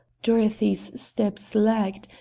dorothy's steps lagged,